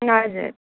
हजुर